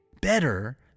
better